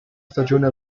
stagione